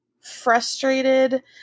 frustrated